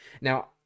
now